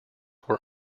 were